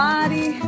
Body